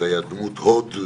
שהיה דמות הוד,